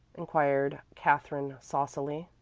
inquired katherine saucily.